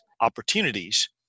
opportunities